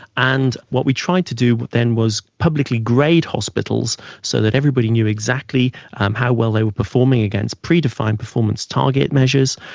and what we tried to do but then was publicly grade hospitals so that everybody knew exactly um how well they were performing against pre-defined performance target measures,